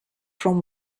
from